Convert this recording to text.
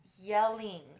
Yelling